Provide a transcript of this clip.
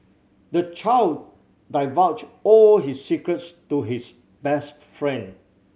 the child divulged all his secrets to his best friend